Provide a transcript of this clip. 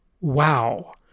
Wow